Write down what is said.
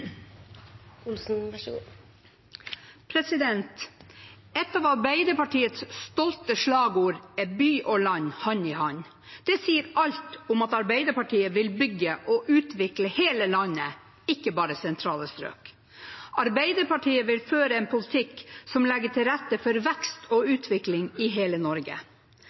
og land – hand i hand». Det sier alt om at Arbeiderpartiet vil bygge og utvikle hele landet, ikke bare sentrale strøk. Arbeiderpartiet vil føre en politikk som legger til rette for vekst og utvikling i hele Norge.